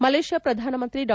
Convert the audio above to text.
ಮಲೇಷ್ನಾ ಪ್ರಧಾನಮಂತ್ರಿ ಡಾ